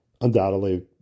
undoubtedly